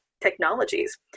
technologies